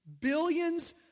Billions